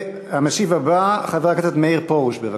המשיב הבא, חבר הכנסת מאיר פרוש, בבקשה.